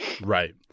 Right